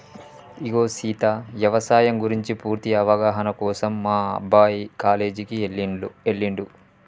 ఇగో సీత యవసాయం గురించి పూర్తి అవగాహన కోసం మా అబ్బాయి కాలేజీకి ఎల్లిండు